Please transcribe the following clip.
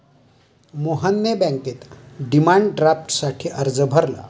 मोहनने बँकेत डिमांड ड्राफ्टसाठी अर्ज भरला